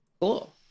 Cool